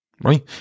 Right